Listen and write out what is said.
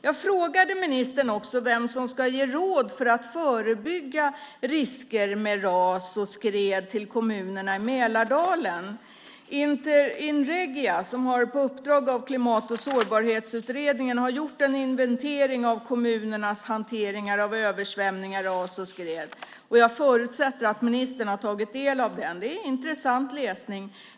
Jag frågade också ministern vem som ska ge råd till kommunerna i Mälardalen för att förebygga risker med ras och skred. Inregia har på uppdrag av Klimat och sårbarhetsutredningen gjort en inventering av kommunernas hantering av översvämningar, ras och skred. Jag förutsätter att ministern har tagit del av den. Det är intressant läsning.